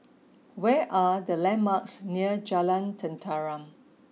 where are the landmarks near Jalan Tenteram